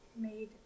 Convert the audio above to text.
made